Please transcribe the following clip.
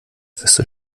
festes